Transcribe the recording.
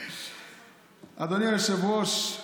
אדוני היושב-ראש,